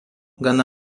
gana